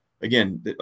again